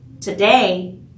today